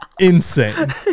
Insane